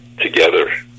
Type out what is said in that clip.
together